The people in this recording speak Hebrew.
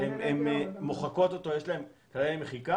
הן מוחקות אותו, יש להן אמצעי מחיקה.